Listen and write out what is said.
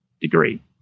degree